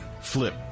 flip